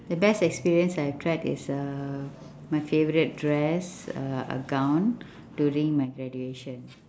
the best experience I tried is uh my favourite dress uh a gown during my graduation